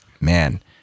man